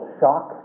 shock